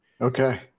okay